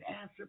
answer